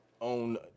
own